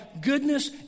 goodness